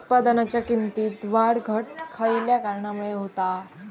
उत्पादनाच्या किमतीत वाढ घट खयल्या कारणामुळे होता?